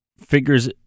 figures